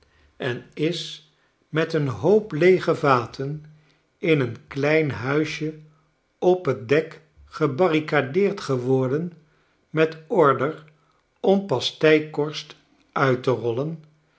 en is met een hoop leege vaten in een klein huisje op t dek gebarricadeerd geworden met order om pasteikorst uit te rollen